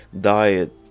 diet